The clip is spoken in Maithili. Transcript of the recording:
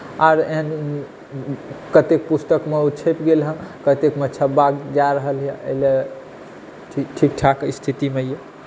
आर एहन कतेक पुस्तकमे छपि गेल हँ कतेक मे छपऽ जा रहल हँ एहि लेल ठीक ठाक स्थितिमे यऽ